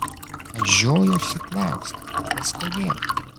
aš žiojuosi klaust kas kodėl